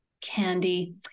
candy